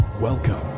Welcome